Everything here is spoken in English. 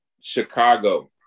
Chicago